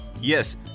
yes